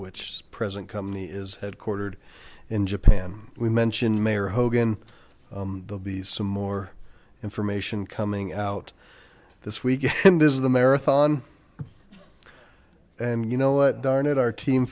which present company is headquartered in japan we mention mayor hogan they'll be some more information coming out this week is the marathon and you know what darn it our team